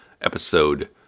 episode